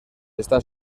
está